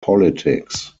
politics